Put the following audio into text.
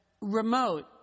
remote